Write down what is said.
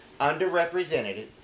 underrepresented